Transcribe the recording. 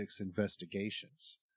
investigations